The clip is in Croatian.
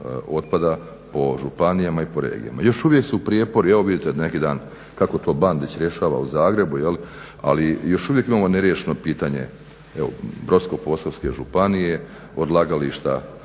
otpada po županijama i po regijama. Još uvijek su prijepori, evo vidite neki dan kako to Bandić rješava u Zagrebu. Ali još uvijek imamo neriješeno pitanje Brodsko-posavske županije, odlagališta,